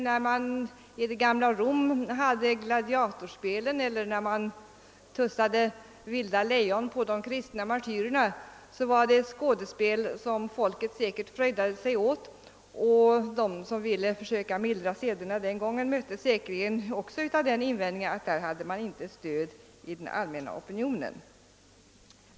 När man i det gamla Rom hade gladiatorspel eller tussade vilda lejon på de kristna martyrerna var det utan tvivel skådespel som folket fröjdade sig åt, och de som ville försöka mildra sederna den gången möttes troligen också av invändningen att de inte hade stöd i den allmänna opinionen.